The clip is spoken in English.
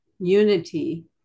unity